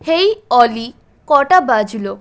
হেই অলি কটা বাজল